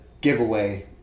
giveaway